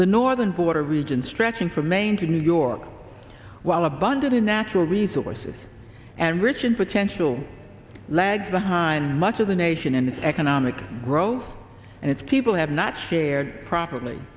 the northern border region stretching from maine to new york while abundant in natural resources and rich and potential lags behind much of the nation and its economic growth and its people have not shared properly